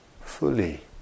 fully